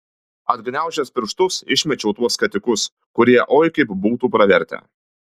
atgniaužęs pirštus išmečiau tuos skatikus kurie oi kaip būtų pravertę